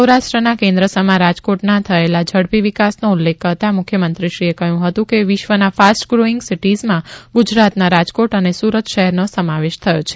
સૌરાષ્ટ્રના કેન્દ્ર સમા રાજકોટના થયેલા ઝડપી વિકાસનો ઉલ્લેખ કરતા મુખ્યમંત્રીશ્રીએ કહ્યું હતું કે વિશ્વના ફાસ્ટ ગ્રીઈંગ સિટીઝમાં ગુજરાતના રાજકોટ અને સુરત શહેરનો સમાવેશ થયો છે